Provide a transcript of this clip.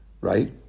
right